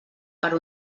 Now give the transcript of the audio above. per